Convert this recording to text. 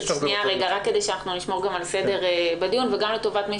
כדאי שנשמור על סדר בדיון וגם לטובת מי